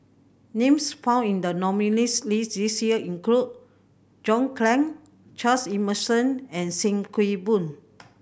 names found in the nominees' list this year include John Clang Charles Emmerson and Sim Kee Boon